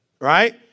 Right